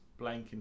blanking